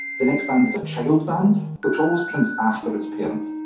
the next band is a child band, which always prints after its parent.